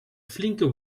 flinke